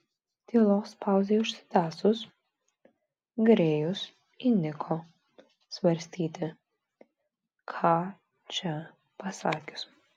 tylos pauzei užsitęsus grėjus įniko svarstyti ką čia pasakius